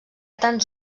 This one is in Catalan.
tants